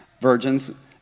virgins